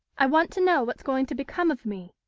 i want to know what's going to become of me.